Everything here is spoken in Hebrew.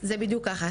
זה בדיוק ככה.